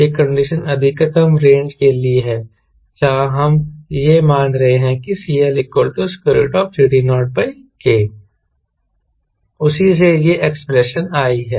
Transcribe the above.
यह कंडीशन अधिकतम रेंज के लिए है जहां हम यह मान रहे हैं कि CLCD0K उसी से यह एक्सप्रेशन आई है